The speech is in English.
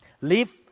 live